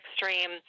extreme